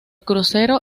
crucero